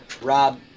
Rob